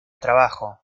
trabajo